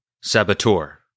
saboteur